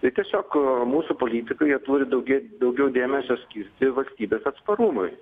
tai tiesiog mūsų politikai jie turi daugėt daugiau dėmesio skirti valstybės atsparumui